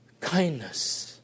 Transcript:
kindness